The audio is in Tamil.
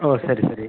ஓ சரி சரி